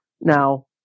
Now